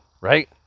right